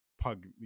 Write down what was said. pug